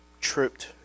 tripped